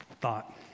thought